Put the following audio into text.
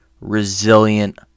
resilient